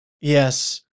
Yes